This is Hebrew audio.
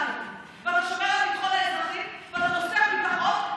ואתה שומר על ביטחון האזרחים ועל נושא הביטחון,